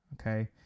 okay